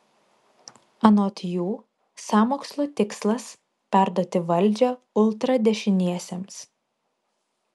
anot jų sąmokslo tikslas perduoti valdžią ultradešiniesiems